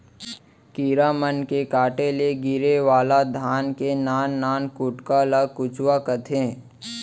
कीरा मन के काटे ले गिरे वाला धान के नान नान कुटका ल कुचवा कथें